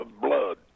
blood